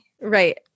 Right